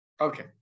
Okay